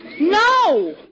No